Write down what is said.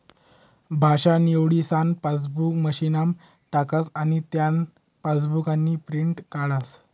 भाषा निवडीसन पासबुक मशीनमा टाकस आनी तेना पासबुकनी प्रिंट काढस